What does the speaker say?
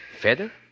Feather